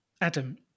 Adam